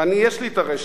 יש לי שם הרשת.